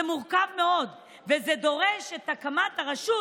זה מורכב מאוד וזה דורש את הקמת הרשות,